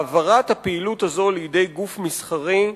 העברת הפעילות הזו לידי גוף מסחרי,